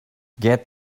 get